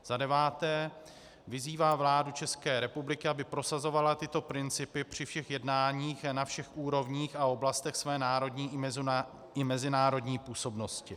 za deváté vyzývá vládu ČR, aby prosazovala tyto principy při všech jednáních na všech úrovních a oblastech své národní i mezinárodní působnosti.